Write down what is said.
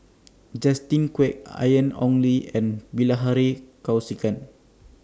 Justin Quek Ian Ong Li and Bilahari Kausikan